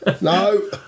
No